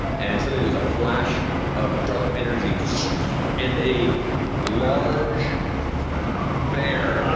and suddenly there's a flash of dark energy and a large bear,